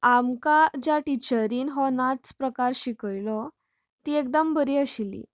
आमकां ज्या टिचरीन हो नाचप्रकार शिकयलो ती एकदम बरी आशिल्ली